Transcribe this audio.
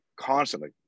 constantly